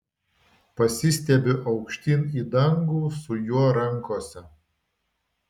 pasistiebiu aukštyn į dangų su juo rankose